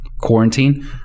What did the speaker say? quarantine